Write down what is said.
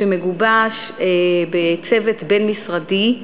שמגובש בצוות בין-משרדי,